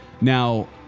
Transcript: Now